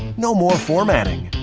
no more formatting.